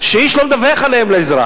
שאיש לא מדווח עליהם לאזרח.